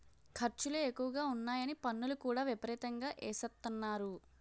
ఖర్చులు ఎక్కువగా ఉన్నాయని పన్నులు కూడా విపరీతంగా ఎసేత్తన్నారు